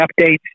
updates